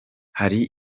hari